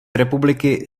republiky